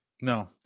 No